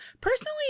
Personally